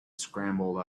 scrambled